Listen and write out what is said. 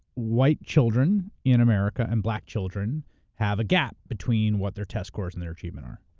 white children in america and black children have a gap between what their test scores and their achievement are.